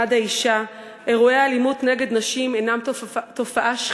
נשים הן ראשות עיר מתוך 256 רשויות,